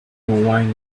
wine